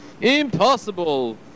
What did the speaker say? Impossible